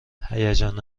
هیجان